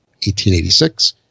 1886